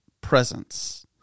presence